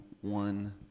one